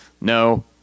no